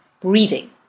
breathing